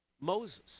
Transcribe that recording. Moses